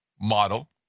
model